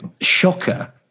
shocker